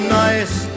nice